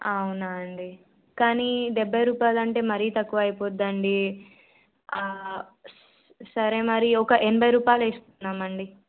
అవునా అండి కానీ డెబ్భై రూపాయాలంటే మరీ తక్కువ అయిపోతుందండి సరే మరి ఒక ఎనభై రూపాయలు ఇస్తున్నామండి